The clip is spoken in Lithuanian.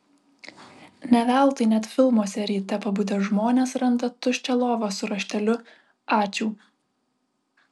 ne veltui net filmuose ryte pabudę žmonės randa tuščią lovą su rašteliu ačiū